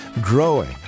growing